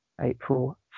April